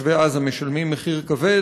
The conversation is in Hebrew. תושבי עזה משלמים מחיר כבד,